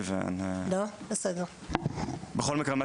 אבל בכל מקרה אין לנו תמיכה.